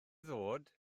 ddod